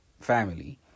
family